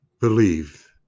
Believe